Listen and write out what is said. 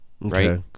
right